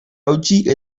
hautsi